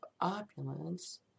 opulence